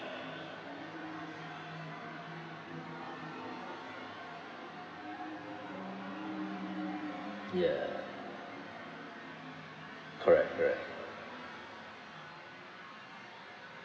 ya correct correct